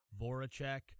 Voracek